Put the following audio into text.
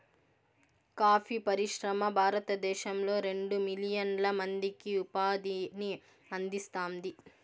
coffee పరిశ్రమ భారతదేశంలో రెండు మిలియన్ల మందికి ఉపాధిని అందిస్తాంది